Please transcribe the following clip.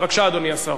בבקשה, אדוני השר.